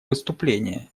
выступление